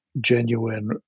genuine